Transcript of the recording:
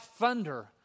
thunder